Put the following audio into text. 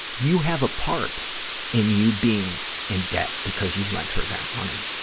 you have a part in you being in debt because you lent her that money.